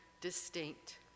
distinct